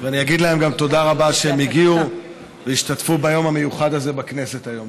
אגיד להם גם תודה רבה על שהם הגיעו והשתתפו ביום המיוחד הזה בכנסת היום.